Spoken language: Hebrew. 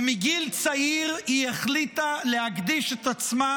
ומגיל צעיר היא החליטה להקדיש את עצמה